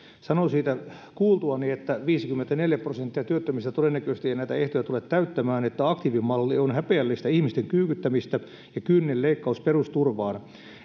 sanoin siitä kuultuani että viisikymmentäneljä prosenttia työttömistä todennäköisesti ei näitä ehtoja tule täyttämään että aktiivimalli on häpeällistä ihmisten kyykyttämistä ja kyyninen leikkaus perusturvaan ja että